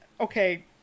okay